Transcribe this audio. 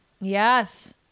Yes